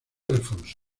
alfonso